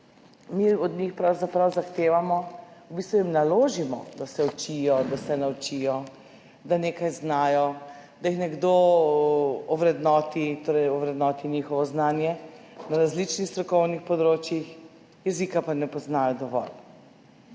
Mi od njih pravzaprav zahtevamo, v bistvu jim naložimo, da se učijo, da se naučijo, da nekaj znajo, da jih nekdo ovrednoti, torej ovrednoti njihovo znanje na različnih strokovnih področjih, jezika pa ne poznajo dovolj.